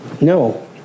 no